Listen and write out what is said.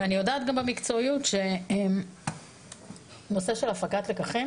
ואני יודעת גם במקצועיות, שנושא של הפקת לקחים